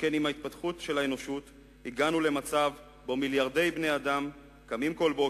שכן עם התפתחות האנושות הגענו למצב שבו מיליארדי בני-אדם קמים כל בוקר,